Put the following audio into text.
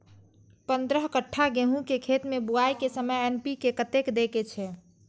पंद्रह कट्ठा गेहूं के खेत मे बुआई के समय एन.पी.के कतेक दे के छे?